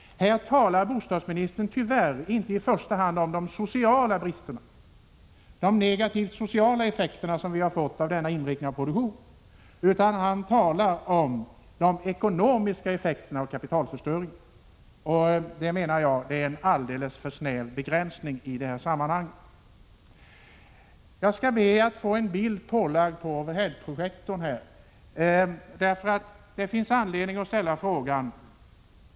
Här talar bostadsministern tyvärr inte i första hand om de sociala bristerna — de negativa sociala effekter som vi har fått av denna inriktning av produktionen — utan han talar om de ekonomiska effekterna av kapitalförstöringen. Det är, menar jag, en alldeles för snäv begränsning i detta sammanhang. Jag skall be att få en bild på overhead-projektorn här i kammaren.